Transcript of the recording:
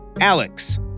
Alex